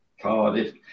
Cardiff